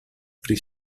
pri